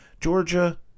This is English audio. Georgia